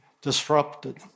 disrupted